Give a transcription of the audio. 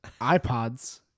iPods